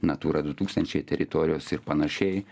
natūra du tūkstančiai teritorijos ir panašiai